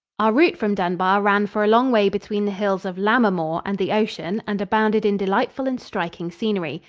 our route from dunbar ran for a long way between the hills of lammermoor and the ocean and abounded in delightful and striking scenery.